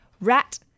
rat